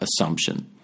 assumption